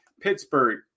Pittsburgh